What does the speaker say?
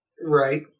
Right